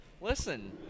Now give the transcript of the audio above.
Listen